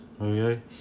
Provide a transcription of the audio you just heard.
okay